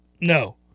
No